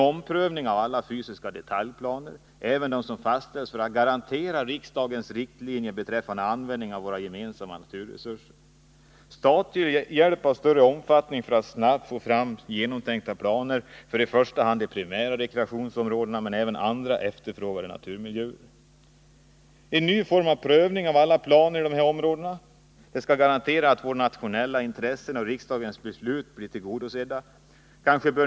Omprövningar av alla fysiska detaljplaner — även dem som fastställts — för att garantera riksdagens riktlinjer beträffande användningen av våra gemensamma naturresurser. Statlig hjälp av större omfattning för att snabbt få fram genomtänkta planer för i första hand de primära rekreationsområdena, men även för andra efterfrågade naturmiljöer. En ny form av prövning av alla planer i dessa områden. Den skall garantera att våra nationella intressen och riksdagens beslut blir tillgodosedda.